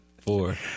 Four